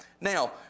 Now